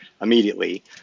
immediately